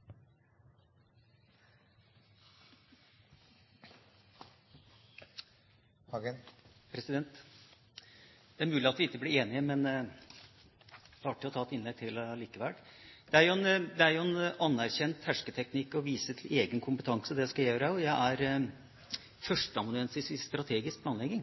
det er artig å ta et innlegg til allikevel. Det er jo en anerkjent hersketeknikk å vise til egen kompetanse. Det skal jeg også gjøre. Jeg er førsteamanuensis i strategisk planlegging.